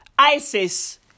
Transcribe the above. ISIS